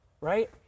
right